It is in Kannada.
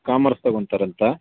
ಕಾಮರ್ಸ್ ತೊಗೊಂತಾರಂತಾ